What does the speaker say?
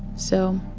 so.